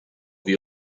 the